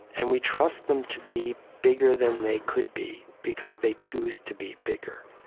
and we trust them to be bigger than they could be because they choose to be bigger.